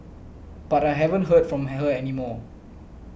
but I haven't heard from her any more